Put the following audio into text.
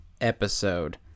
episode